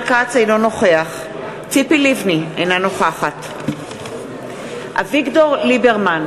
אינו נוכח ציפי לבני, אינה נוכחת אביגדור ליברמן,